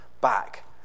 back